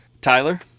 Tyler